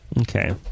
Okay